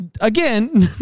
Again